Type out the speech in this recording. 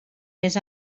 més